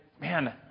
man